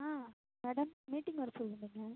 ஆ madam meeting வர சொல்லி இருந்தீங்க